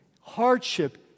hardship